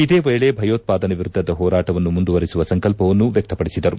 ಇದೇ ವೇಳೆ ಭಯೋತ್ಪಾದನೆ ವಿರುದ್ದದ ಹೋರಾಟವನ್ನು ಮುಂದುವರೆಸುವ ಸಂಕಲ್ಪವನ್ನು ವ್ಯಕ್ತಪಡಿಸಿದರು